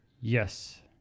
Yes